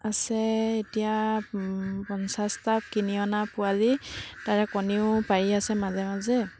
আছে এতিয়া পঞ্চাছটা কিনি অনা পোৱালি তাৰে কণীও পাৰি আছে মাজে মাজে